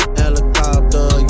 helicopter